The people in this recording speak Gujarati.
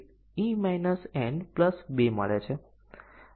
અને તેથી એટોમિક અભિવ્યક્તિ આ કન્ડીશનનું મૂલ્યાંકન સાચું થઈ જશે